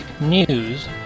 news